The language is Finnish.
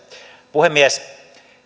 puhemies